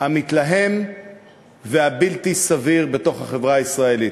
המתלהם והבלתי-סביר בתוך החברה הישראלית.